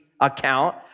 account